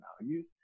values